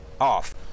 off